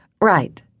right